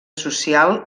social